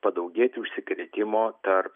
padaugėti užsikrėtimo tarp